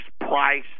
price